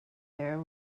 there